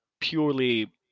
purely